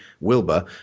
Wilbur